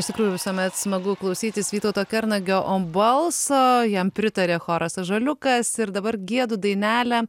iš tikrųjų visuomet smagu klausytis vytauto kernagio balso jam pritaria choras ąžuoliukas ir dabar giedu dainelę